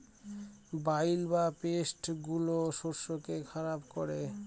বালাই বা পেস্ট গুলো শস্যকে খারাপ করে